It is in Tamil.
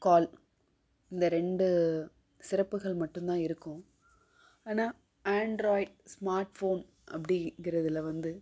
கால் இந்த ரெண்டு சிறப்புகள் மட்டும் தான் இருக்கும் ஆனால் ஆண்ட்ராய்ட் ஸ்மார்ட் ஃபோன் அப்படிங்கறதுல வந்து